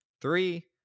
Three